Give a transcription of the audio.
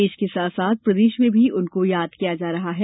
देश के साथ साथ प्रदेश में भी उनको याद किया जा रहा है